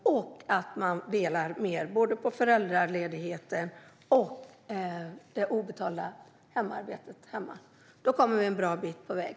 Man bör också dela mer både på föräldraledigheten och på det obetalda hemarbetet. Då kommer vi en bra bit på väg.